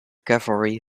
cavalry